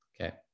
Okay